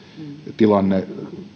tilanne